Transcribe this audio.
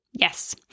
Yes